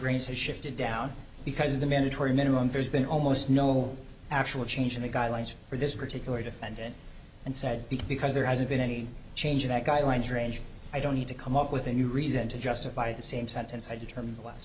has shifted down because of the mandatory minimum there's been almost no actual change in the guidelines for this particular defendant and said because there hasn't been any change in that guidelines range i don't need to come up with a new reason to justify the same sentence i determined last